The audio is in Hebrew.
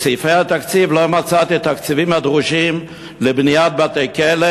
בסעיפי התקציב לא מצאתי את התקציבים הדרושים לבניית בתי-כלא